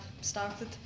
started